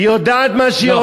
היא יודעת מה שהיא עושה,